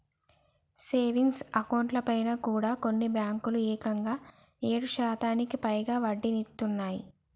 savings అకౌంట్లపైన కూడా కొన్ని బ్యేంకులు ఏకంగా ఏడు శాతానికి పైగా వడ్డీనిత్తన్నయ్